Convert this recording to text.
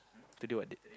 today what date